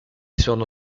sono